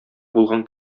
булган